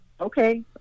okay